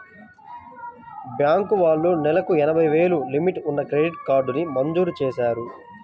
bank వాళ్ళు నెలకు ఎనభై వేలు లిమిట్ ఉన్న క్రెడిట్ కార్డుని మంజూరు చేశారు